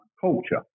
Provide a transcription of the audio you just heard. culture